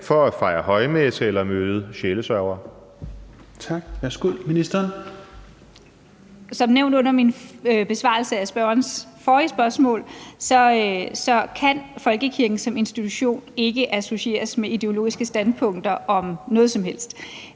ministeren. Kl. 16:11 Kirkeministeren (Joy Mogensen): Som nævnt under min besvarelse af spørgerens forrige spørgsmål kan folkekirken som institution ikke associeres med ideologiske standpunkter om noget som helst.